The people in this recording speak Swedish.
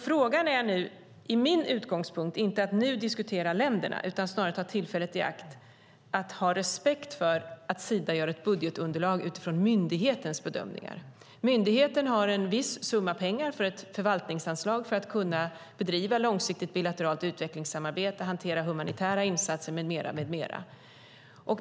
Frågan är nu - det är min utgångspunkt - inte att diskutera länderna utan snarare ta tillfället i akt att ha respekt för att Sida gör ett budgetunderlag utifrån myndighetens bedömningar. Myndigheten har en viss summa pengar för ett förvaltningsanslag för att kunna bedriva långsiktigt bilateralt utvecklingssamarbete, hantera humanitära insatser med mera.